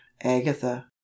agatha